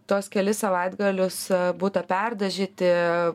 tuos kelis savaitgalius butą perdažyti